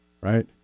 right